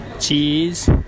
cheese